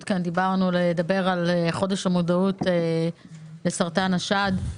נמצא כאן - לדבר על חודש המודעות לסרטן השד.